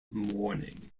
morning